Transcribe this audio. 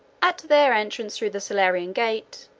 at their entrance through the salarian gate,